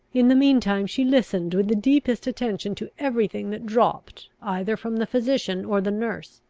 in the mean time she listened with the deepest attention to every thing that dropped either from the physician or the nurse,